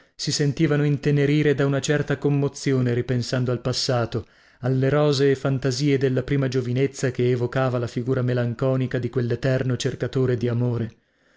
si sentivano intenerire da una certa commozione ripensando al passato alle rosee fantasie della prima giovinezza che evocava la figura melanconica di quelleterno cercatore di amore